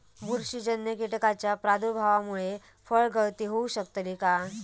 बुरशीजन्य कीटकाच्या प्रादुर्भावामूळे फळगळती होऊ शकतली काय?